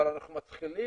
אבל אנחנו מתחילים